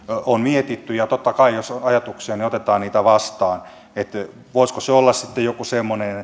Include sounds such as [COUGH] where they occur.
on mietitty ja totta kai jos on ajatuksia otetaan niitä vastaan voisiko se olla sitten joku semmoinen [UNINTELLIGIBLE]